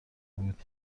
بود